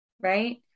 right